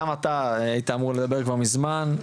גם אתה היית אמור לדבר כבר מזמן,